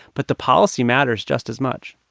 but the policy matters just as much